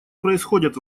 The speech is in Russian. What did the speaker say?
происходят